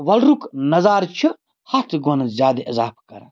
وۄلرُک نظارٕ چھِ ہَتھ گۄنہٕ زیادٕ اِضافہٕ کران